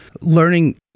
learning